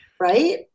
Right